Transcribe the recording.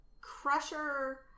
Crusher